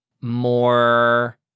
more